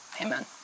amen